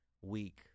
weak